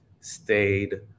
stayed